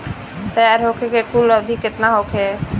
तैयार होखे के कुल अवधि केतना होखे?